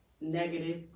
negative